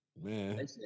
Man